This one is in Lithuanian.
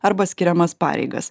arba skiriamas pareigas